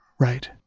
Right